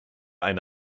eine